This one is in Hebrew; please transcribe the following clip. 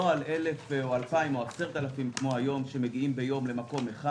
לא על 1,000 או 2,000 או 10,000 כמו היום שמגיעים ביום למקום אחד